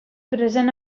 present